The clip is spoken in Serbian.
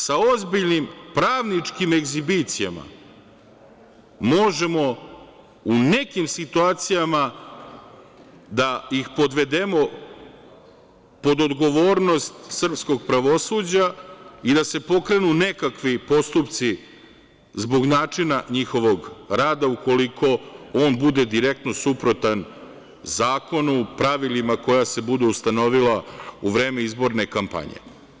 Sa ozbiljnim pravničkim egzibicijama možemo u nekim situacijama da ih podvedemo pod odgovornost srpskog pravosuđa i da se pokrenu nekakvi postupci zbog načina njihovog rada, ukoliko on bude direktno suprotan zakonu, pravilima koja se budu ustanovila u vreme izborne kampanje.